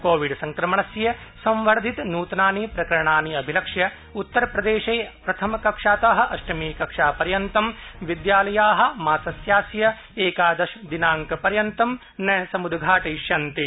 कोविडसंक्रमणस्य संवर्द्धित नूतनानि प्रकरणनि अभिलक्ष्य उत्तर प्रदेशे प्रथमकक्षात अष्ट मीकक्षापर्यन्तं विद्यालया मासस्यास्य एकादशदिनांक पर्यन्तं न समुद्घाटयिष्यन्ते